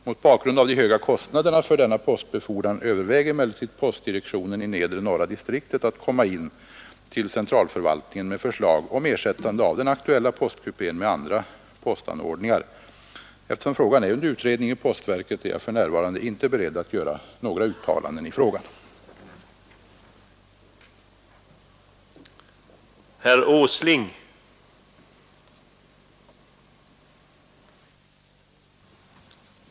Mot bakgrund av de höga kostnaderna för denna postbefordran överväger emellertid postdirektionen i nedre norra distriktet att komma in till centralförvaltningen med förslag om ersättande av den aktuella postkupén med andra postanordningar. Nr 8 Eftersom frågan är under utredning i postverket är jag för närvarande Torsdagen den inte beredd att göra några uttalanden i frågan. 20 januari 1972